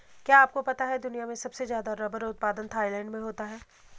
क्या आपको पता है दुनिया में सबसे ज़्यादा रबर उत्पादन थाईलैंड में होता है?